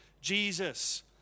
Jesus